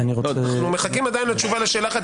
אנחנו מחכים עדיין לתשובה לשאלה אחת.